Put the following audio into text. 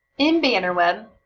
in bannerweb,